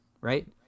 right